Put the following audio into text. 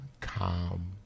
calm